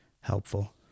helpful